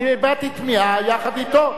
אני הבעתי תמיהה יחד אתו.